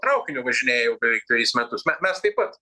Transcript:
traukiniu važinėja jau beveik dvejus metus mes taip pat